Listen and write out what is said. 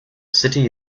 city